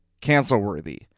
cancel-worthy